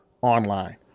online